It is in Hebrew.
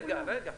רגע.